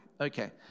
Okay